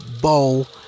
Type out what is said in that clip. bowl